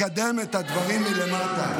לקדם את הדברים מלמטה,